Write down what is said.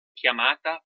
chiamata